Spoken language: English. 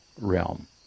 realm